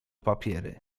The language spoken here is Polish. papiery